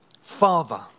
Father